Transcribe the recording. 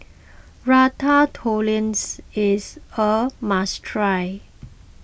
Ratatouilles is a must try